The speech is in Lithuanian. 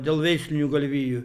dėl veislinių galvijų